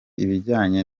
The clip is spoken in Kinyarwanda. ibijyanye